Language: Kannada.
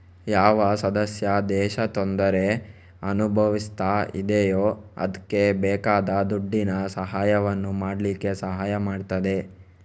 ಯಾವ ಸದಸ್ಯ ದೇಶ ತೊಂದ್ರೆ ಅನುಭವಿಸ್ತಾ ಇದೆಯೋ ಅದ್ಕೆ ಬೇಕಾದ ದುಡ್ಡಿನ ಸಹಾಯವನ್ನು ಮಾಡ್ಲಿಕ್ಕೆ ಸಹಾಯ ಮಾಡ್ತದೆ